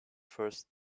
first